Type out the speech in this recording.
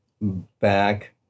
back